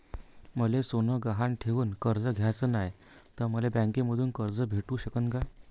मले सोनं गहान ठेवून कर्ज घ्याचं नाय, त मले बँकेमधून कर्ज भेटू शकन का?